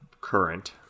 current